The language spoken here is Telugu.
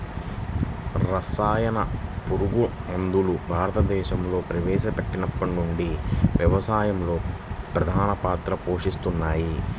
రసాయన పురుగుమందులు భారతదేశంలో ప్రవేశపెట్టినప్పటి నుండి వ్యవసాయంలో ప్రధాన పాత్ర పోషిస్తున్నాయి